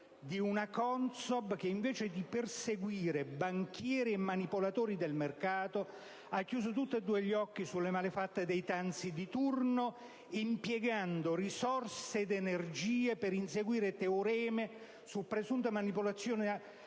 di una CONSOB che invece di perseguire banchieri e manipolatori del mercato ha chiuso tutti e due gli occhi sulle malefatte dei Tanzi di turno, impiegando risorse ed energie per inseguire teoremi su presunte manipolazioni